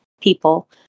people